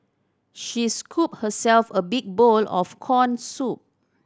she scooped herself a big bowl of corn soup